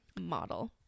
model